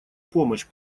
помощь